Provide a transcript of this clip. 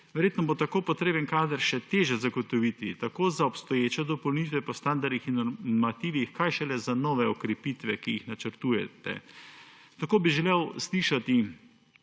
Verjetno bo tako potreben kader še težje zagotoviti tako za obstoječe dopolnitve po standardih in normativih, kaj šele za nove okrepitve, ki jih načrtujete. Tako bi želel slišati: